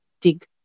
dig